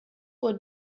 were